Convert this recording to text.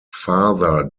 father